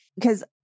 because-